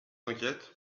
inquiète